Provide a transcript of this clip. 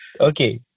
okay